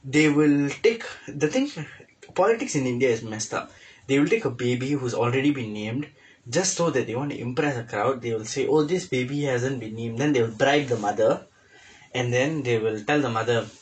they will take the thing politics in India is messed up they will take a baby who's already been named just so that they want to impress a crowd they will say oh this baby hasn't been named then they will bribe the mother and then they will tell the mother